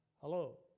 Hello